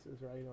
right